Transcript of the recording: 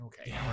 Okay